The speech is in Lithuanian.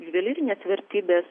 juvelyrinės vertybės